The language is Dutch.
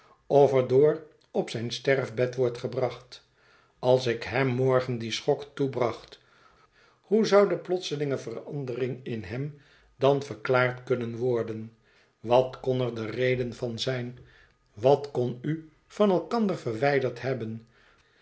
ér door op zijn sterfbed wordt gebracht als ik hem morgen dien schok toebracht hoe zou de plotselinge verandering in hem dan verklaard kunnen worden wat kon er de reden van zijn wat kon uvan elkander verwijderd hebben